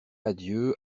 adieu